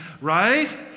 Right